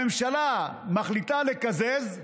הממשלה מחליטה לקזז,